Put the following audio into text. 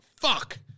fuck